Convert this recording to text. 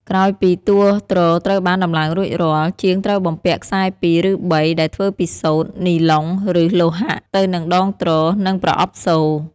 ក្រោយពីតួទ្រត្រូវបានដំឡើងរួចរាល់ ជាងត្រូវបំពាក់ ខ្សែពីរ ឬបី ដែលធ្វើពីសូត្រ នីឡុង ឬលោហៈ ទៅនឹងដងទ្រ និងប្រអប់សូរ។